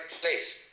place